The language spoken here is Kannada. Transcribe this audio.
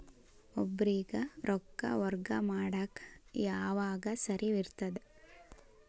ಒಬ್ಬರಿಗ ರೊಕ್ಕ ವರ್ಗಾ ಮಾಡಾಕ್ ಯಾವಾಗ ಸರಿ ಇರ್ತದ್?